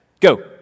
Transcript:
Go